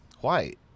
white